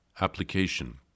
Application